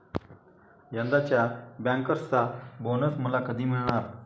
यंदाच्या बँकर्सचा बोनस मला कधी मिळणार?